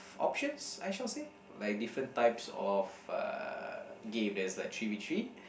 options I shall say like different types of uh game there's like three V three